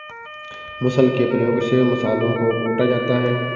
मुसल के प्रयोग से मसालों को कूटा जाता है